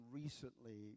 recently